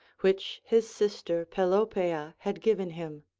which his sister pelopeia had given him.